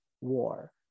war